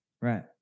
Right